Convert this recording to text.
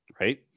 right